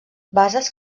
bases